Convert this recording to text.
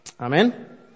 Amen